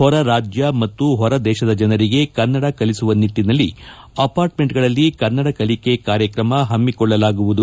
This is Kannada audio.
ಹೊರರಾಜ್ಯ ಮತ್ತು ಹೊರದೇಶದ ಜನರಿಗೆ ಕನ್ನಡ ಕಲಿಸುವ ನಿಟ್ಟಿನಲ್ಲಿ ಅಪಾರ್ಟ್ಮೆಂಟ್ ಗಳಲ್ಲಿ ಕನ್ನಡ ಕಲಿಕೆ ಕಾರ್ಯಕ್ರಮ ಹಮ್ಮಿಕೊಳ್ಳಲಾಗುವುದು